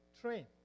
train